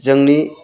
जोंनि